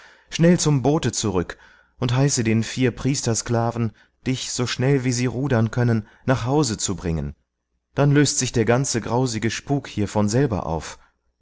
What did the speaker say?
schnell zum boote zurück und heiße den vier priestersklaven dich so schnell wie sie rudern können nach hause zu bringen dann löst sich der ganze grausige spuk hier von selber auf